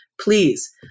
please